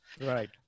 Right